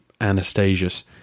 Anastasius